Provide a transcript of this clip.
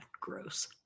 gross